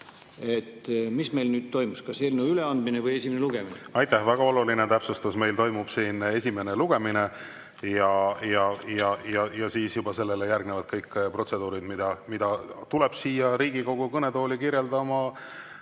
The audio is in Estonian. Mis meil nüüd toimus, kas eelnõu üleandmine või esimene lugemine? Aitäh! Väga oluline täpsustus: meil toimub siin esimene lugemine. Ja sellele järgnevad kõik protseduurid, mida tuleb siia Riigikogu kõnetooli kirjeldama